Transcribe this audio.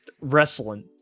wrestling